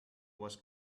was